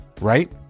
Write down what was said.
right